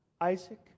Isaac